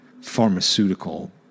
pharmaceutical